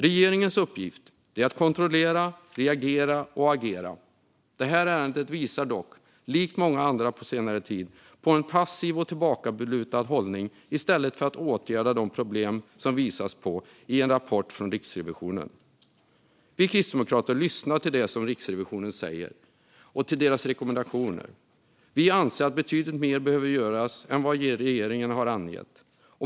Regeringens uppgift är att kontrollera, reagera och agera. Detta ärende visar dock, likt många andra på senare tid, på att regeringen intar en passiv och tillbakalutad hållning i stället för att åtgärda de problem som en rapport från Riksrevisionen visar på. Vi kristdemokrater lyssnar till det som Riksrevisionen säger och till deras rekommendationer. Vi anser att betydligt mer behöver göras än vad regeringen har angett.